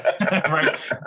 right